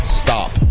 stop